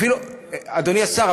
אדוני השר,